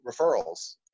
referrals